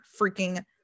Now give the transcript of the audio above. freaking